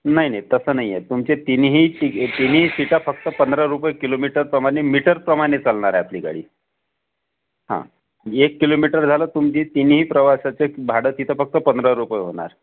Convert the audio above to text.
नाही नाही तस नाही आहे तुमचे तीनिही सेमी सीटर फक्त पंधरा रुपये किलोमीटर प्रमाणे मीटर प्रमाणे चालणार आहे आपली गाडी एक किलोमीटर झाल तुम्ही तिन्ही प्रवासाचे भाड तिथं फक्त पंधरा रुपये होणार